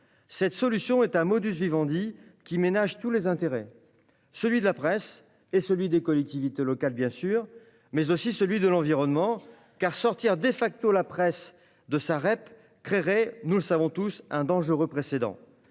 Cette solution est un qui ménage tous les intérêts : celui de la presse et des collectivités, bien sûr, mais aussi celui de l'environnement, car sortir la presse de sa REP créerait, nous le savons tous, un dangereux précédent.